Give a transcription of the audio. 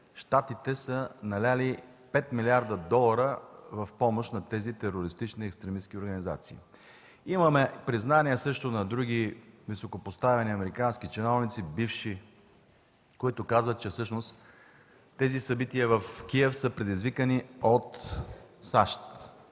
Щатите са налели 5 милиарда долара в помощ на тези терористични, екстремистки организации. Имаме признания и на други високопоставени американски чиновници – бивши, които казват, че всъщност събитията в Киев са предизвикани от САЩ.